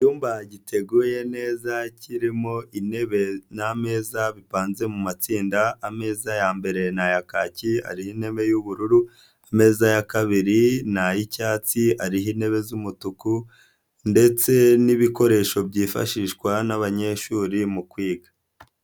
Icyumba giteguye neza kirimo intebe n'ameza bivanze mu matsinda, ameza ya mbere ni aya kaki ari intebe y'ubururu, ameza ya kabiri ni ay'icyatsi ariho intebe z'umutuku ndetse n'ibikoresho byifashishwa n'abanyeshuri mu kwiga.